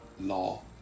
law